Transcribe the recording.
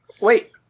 Wait